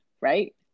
right